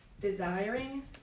desiring